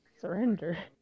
Surrender